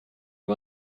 wir